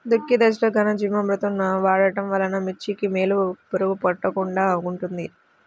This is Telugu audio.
దుక్కి దశలో ఘనజీవామృతం వాడటం వలన మిర్చికి వేలు పురుగు కొట్టకుండా ఉంటుంది?